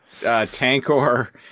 Tankor